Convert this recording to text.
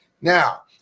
Now